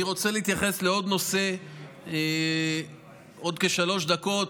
אני רוצה להתייחס לעוד נושא עוד כשלוש דקות,